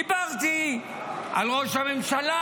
דיברתי על הממשלה,